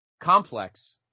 complex